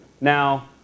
Now